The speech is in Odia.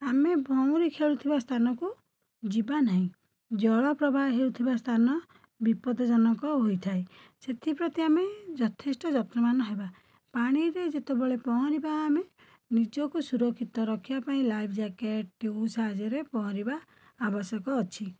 ଆମେ ଭଉଁରି ଖେଳୁଥିବା ସ୍ଥାନକୁ ଯିବା ନାହିଁ ଜଳ ପ୍ରବାହ ହେଉଥିବା ସ୍ଥାନ ବିପଦ ଜନକ ହୋଇଥାଏ ସେଥିପ୍ରତି ଆମେ ଯଥେଷ୍ଟ ଯତ୍ନମାନ ହେବା ପାଣିରେ ଯେତେବେଳେ ପହଁରିବା ଆମେ ନିଜକୁ ସୁରକ୍ଷିତ ରଖିବାପାଇଁ ଲାଇଭ୍ ଜାକେଟ୍ ଟ୍ୟୁବ ସାହାଜ୍ୟରେ ପହଁରିବା ଆବଶ୍ୟକ ଅଛି